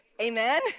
Amen